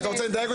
אתה רוצה לדייק?